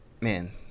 Man